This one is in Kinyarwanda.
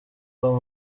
uwo